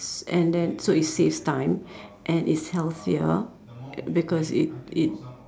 s~ and then so it saves time and it's healthier because it it